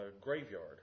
graveyard